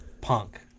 punk